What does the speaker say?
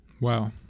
Wow